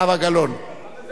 אבל זה לא אני, אדוני היושב-ראש.